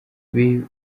bibareba